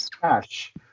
cash